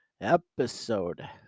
Episode